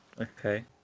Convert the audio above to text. Okay